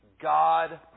God